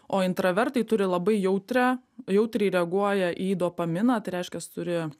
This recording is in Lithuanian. o intravertai turi labai jautrią jautriai reaguoja į dopaminą tai reiškias turi